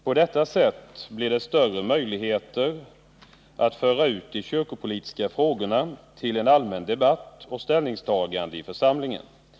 På det sättet blir det större möjligheter att föra ut de kyrkopolitiska frågorna till en allmän debatt och ställningstagande i försam Rätt för kyrkofulllingen.